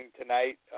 tonight